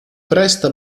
presta